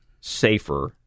safer